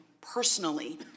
personally